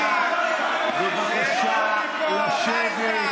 בבקשה לשבת.